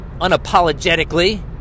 unapologetically